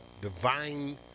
divine